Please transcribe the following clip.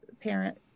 parent